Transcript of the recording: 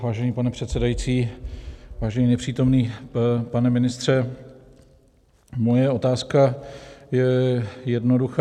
Vážený pane předsedající, vážený nepřítomný pane ministře, moje otázka je jednoduchá.